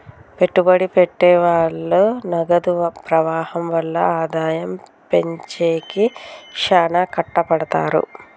పెట్టుబడి పెట్టె వాళ్ళు నగదు ప్రవాహం వల్ల ఆదాయం పెంచేకి శ్యానా కట్టపడతారు